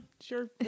sure